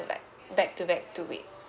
like back to back two weeks